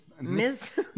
Miss